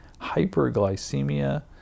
hyperglycemia